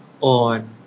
on